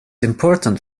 important